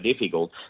difficult